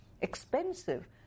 expensive